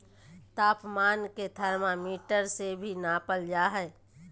तापमान के थर्मामीटर से भी नापल जा हइ